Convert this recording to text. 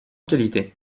qualité